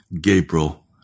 Gabriel